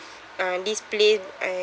uh this place I